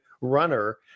runner